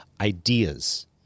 ideas